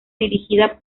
dirigida